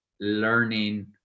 learning